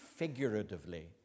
figuratively